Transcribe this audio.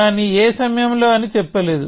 కానీ ఏ సమయంలో అని చెప్పలేదు